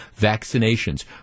vaccinations